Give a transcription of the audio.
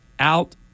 Out